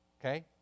Okay